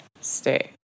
stay